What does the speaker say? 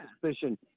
suspicion